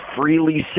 freely